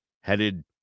headed